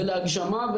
ולהגשמה,